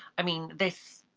i mean, this,